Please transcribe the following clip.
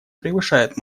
превышает